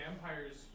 vampires